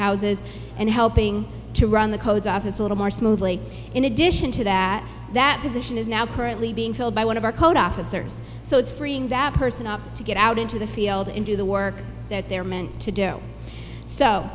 houses and helping to run the code office a little more smoothly in addition to that that position is now currently being filled by one of our code officers so it's free that person ought to get out into the field and do the work that they're meant to do so